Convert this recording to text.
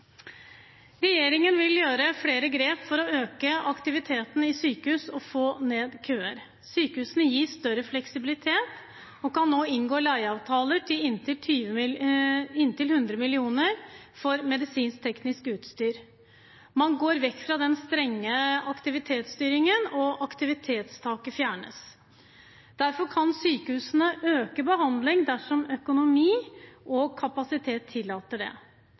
Regjeringen vil gjøre flere grep for å øke aktiviteten i sykehusene og få ned køer. Sykehusene gis større fleksibilitet og kan nå inngå leieavtaler på inntil 100 mill. kr for medisinsk-teknisk utstyr. Man går vekk fra den strenge aktivitetsstyringen, og aktivitetstaket fjernes. Derfor kan sykehusene øke behandlingen dersom økonomien og kapasiteten tillater det.